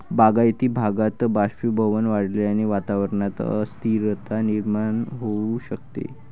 बागायती भागात बाष्पीभवन वाढल्याने वातावरणात अस्थिरता निर्माण होऊ शकते